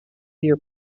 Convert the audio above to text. year